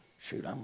Shoot